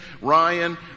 Ryan